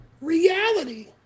reality